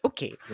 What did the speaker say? Okay